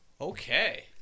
Okay